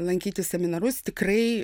lankyti seminarus tikrai